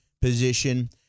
position